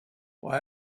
why